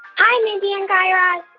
hi, mindy and guy raz.